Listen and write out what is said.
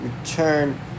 return